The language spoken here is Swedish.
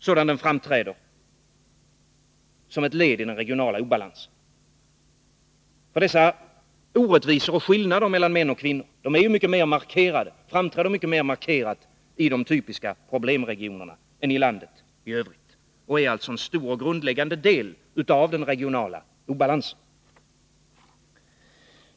Skillnader och orättvisor mellan män och kvinnor framträder mycket mer markerat i de typiska problemregionerna än i landet i övrigt och är alltså en stor och grundläggande del av den regionala obalansen.